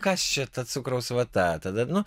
kas čia ta cukraus vata tada nu